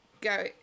go